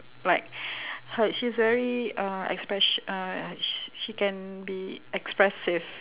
like her she's very uh expressio~ uh sh~ she can be expressive